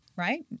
right